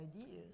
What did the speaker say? ideas